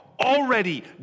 already